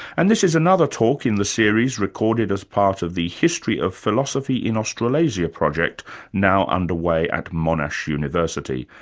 and this is another talk in the series recorded as part of the history of philosophy in australasia project now under way at monash university.